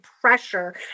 pressure